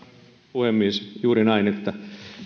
puhemies juuri näin